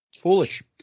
Foolish